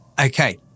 Okay